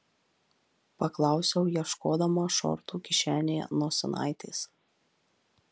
paklausiau ieškodama šortų kišenėje nosinaitės